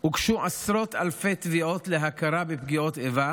הוגשו עשרות אלפי תביעות להכרה בפגיעות איבה